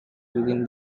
within